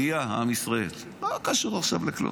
עלייה, עם ישראל, לא קשור עכשיו לכלום.